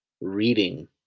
reading